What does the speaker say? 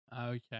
Okay